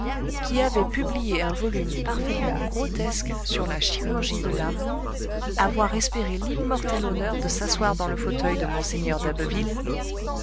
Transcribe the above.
qui avait publié un volume parfaitement grotesque sur la chirurgie de l'âme avoir espéré l'immortel honneur de s'asseoir dans le fauteuil de mgr d'abbeville